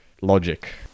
logic